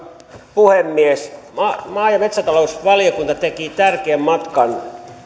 puhemies maa ja metsätalousvaliokunta teki tärkeän matkan